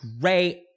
great